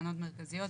תחנות מרכזיות,